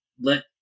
let